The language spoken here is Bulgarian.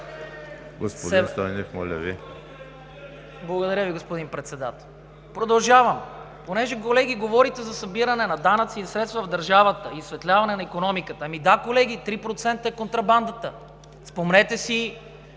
Господин Стойнев, моля Ви! АЛЕКСАНДЪР ИВАНОВ: Благодаря Ви, господин Председател. Продължавам. Понеже, колеги, говорите за събиране на данъци, за средства в държавата, изсветляване на икономиката – да, колеги, 3% е контрабандата. Спомнете си